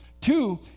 Two